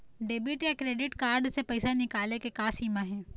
Debit या credit card से पैसा निकाले के का सीमा हे?